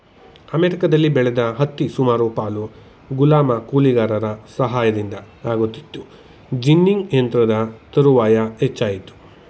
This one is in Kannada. ಅಮೆರಿಕದಲ್ಲಿ ಬೆಳೆದ ಹತ್ತಿ ಸುಮಾರು ಪಾಲು ಗುಲಾಮ ಕೂಲಿಗಾರರ ಸಹಾಯದಿಂದ ಆಗುತ್ತಿತ್ತು ಜಿನ್ನಿಂಗ್ ಯಂತ್ರದ ತರುವಾಯ ಹೆಚ್ಚಾಯಿತು